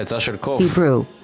Hebrew